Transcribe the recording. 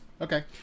Okay